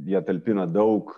jie talpina daug